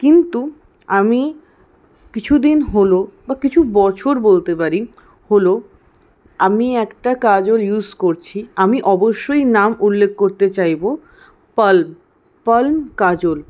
কিন্তু আমি কিছুদিন হলো বা কিছু বছর বলতে পারি হলো আমি একটা কাজল ইউস করছি আমি অবশ্যই নাম উল্লেখ করতে চাইব পাল্ব পাল্ম কাজল